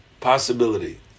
possibility